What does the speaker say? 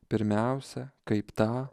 pirmiausia kaip tą